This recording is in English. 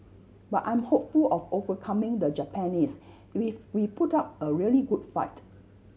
but I'm hopeful of overcoming the Japanese if we put up a really good fight